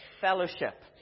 fellowship